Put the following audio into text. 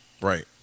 Right